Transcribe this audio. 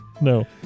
No